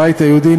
הבית היהודי,